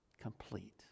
complete